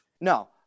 No